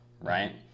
right